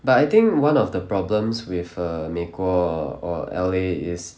but I think one of the problems with uh 美国 or L_A is